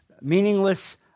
Meaningless